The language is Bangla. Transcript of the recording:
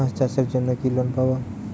হাঁস চাষের জন্য কি লোন পাব?